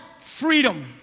freedom